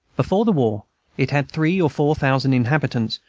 before the war it had three or four thousand inhabitants,